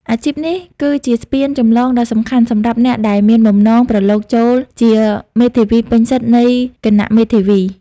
អាជីពនេះគឺជាស្ពានចម្លងដ៏សំខាន់សម្រាប់អ្នកដែលមានបំណងប្រឡងចូលជាមេធាវីពេញសិទ្ធិនៃគណៈមេធាវី។